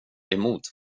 emot